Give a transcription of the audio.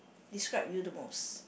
describe you the most